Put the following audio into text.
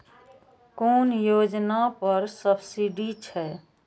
कुन योजना पर सब्सिडी छै?